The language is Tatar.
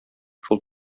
шул